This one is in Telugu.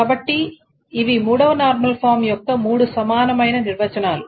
కాబట్టి ఇవి 3వ నార్మల్ ఫామ్ యొక్క మూడు సమానమైన నిర్వచనాలు